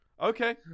Okay